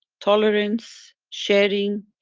tolerance, sharing,